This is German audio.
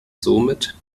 somit